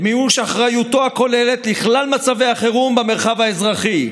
למימוש אחריותו הכוללת לכלל מצבי החירום במרחב האזרחי".